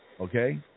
Okay